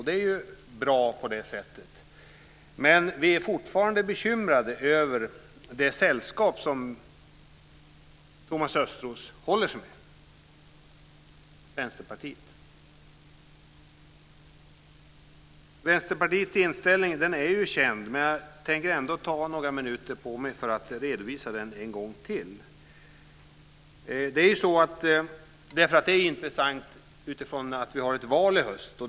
Det är bra, men vi är fortfarande bekymrade över det sällskap som Thomas Östros håller sig med, nämligen Vänsterpartiet. Vänsterpartiets inställning är ju känd, men jag tänker ändå ta några minuter i anspråk för att redovisa den en gång till. Det är intressant utifrån att vi har ett val i höst.